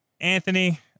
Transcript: Anthony